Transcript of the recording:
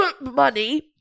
money